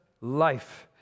life